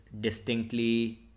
distinctly